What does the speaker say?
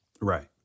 Right